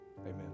Amen